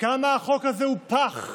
כמה החוק הזה הוא פח,